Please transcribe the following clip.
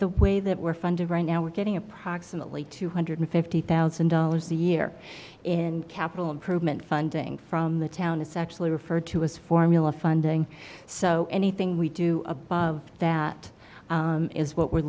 the way that we're funded right now we're getting approximately two hundred fifty thousand dollars a year in capital improvement funding from the town is actually referred to as formula funding so anything we do above that is what we're